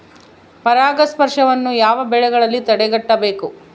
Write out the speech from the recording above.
ಪರಾಗಸ್ಪರ್ಶವನ್ನು ಯಾವ ಬೆಳೆಗಳಲ್ಲಿ ತಡೆಗಟ್ಟಬೇಕು?